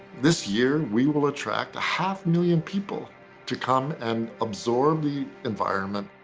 this year we will attract a half million people to come and absorb the environment,